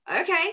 okay